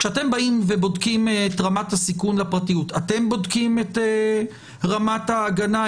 כשאתם באים ובודקים את רמת הסיכון לפרטיות אתם בודקים את רמת ההגנה,